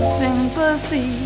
sympathy